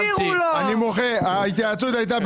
הרב גפני, אנחנו מבקשים התייעצות סיעתית.